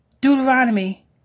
Deuteronomy